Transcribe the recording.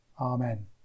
Amen